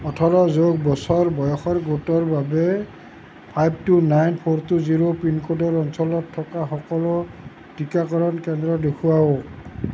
ওঠৰ যোগ বছৰ বয়সৰ গোটৰ বাবে five two nine four two zero পিনক'ডৰ অঞ্চলত থকা সকলো টিকাকৰণ কেন্দ্ৰ দেখুৱাওঁক